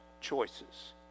choices